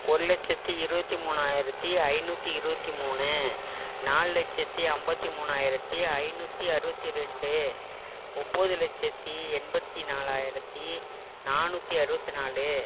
ஒரு லட்சத்தி இருபத்தி மூணாயிரத்தி ஐநூற்றி இருபத்தி மூணு நாலு லட்சத்தி ஐம்பத்தி மூணாயிரத்தி ஐநூற்றி அறுபத்தி ரெண்டு ஒன்போது லட்சத்தி எண்பத்தி நாலாயிரத்தி நானூற்றி அறுபத்து நாலு